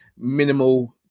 minimal